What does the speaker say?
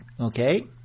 Okay